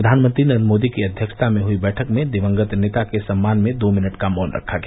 प्रधानमंत्री नरेन्द्र मोदी की अध्यक्षता में हुई बैठक में दिवंगत नेता के सम्मान में दो मिनट का मौन रखा गया